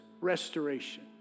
restoration